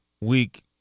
week